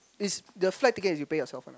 is the flight ticket is you pay yourself one ah